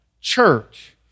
church